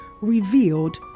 Revealed